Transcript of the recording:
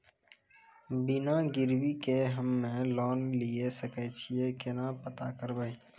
बिना गिरवी के हम्मय लोन लिये सके छियै केना पता करबै?